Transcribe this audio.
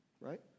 Right